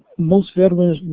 most veterans,